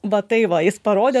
va tai va jis parodė